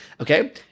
Okay